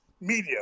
media